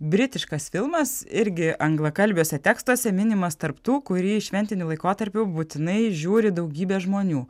britiškas filmas irgi anglakalbiuose tekstuose minimas tarp tų kurį šventiniu laikotarpiu būtinai žiūri daugybė žmonių